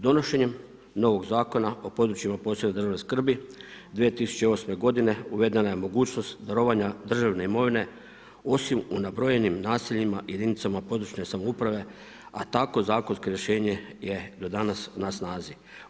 Donošenjem novog Zakona o područjima posebne državne skrbi 2008. godine uvedena je mogućnost darovanja državne imovine osim u nabrojenim naseljima jedinicama područne samouprave, a takvo zakonsko rješenje je do danas na snazi.